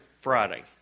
Friday